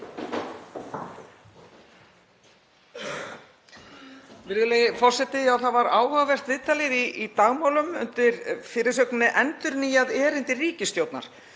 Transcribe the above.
Virðulegi forseti. Já, það var áhugavert viðtalið í Dagmálum undir fyrirsögninni „Endurnýjað erindi ríkisstjórnar“